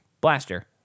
blaster